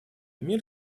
мир